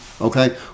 Okay